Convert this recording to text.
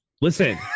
listen